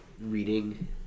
reading